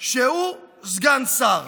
שהוא סגן שר.